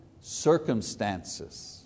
circumstances